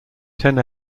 ten